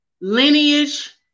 lineage